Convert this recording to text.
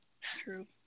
True